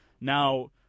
Now